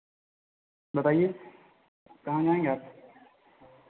बताइए कहाँ जाएंगे आप